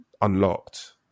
unlocked